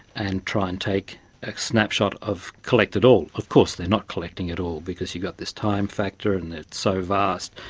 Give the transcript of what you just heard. and try and take a snapshot of, collect it all. of course they are not collecting at all because you've got this time factor and it's so vast,